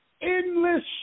endless